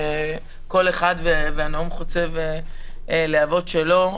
כל אחד ונאום חוצב הלהבות שלו,